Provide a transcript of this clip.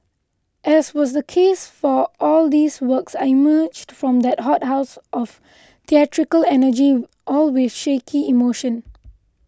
as was the case for all these works I emerged from that hothouse of theatrical energy all with shaky emotion